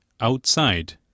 outside